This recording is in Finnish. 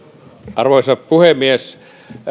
arvoisa puhemies